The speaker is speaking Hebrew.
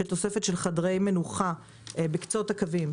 של תוספת חדרי מנוחה בקצות הקווים,